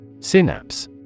Synapse